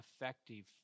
effective